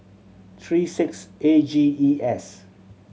three six A G E S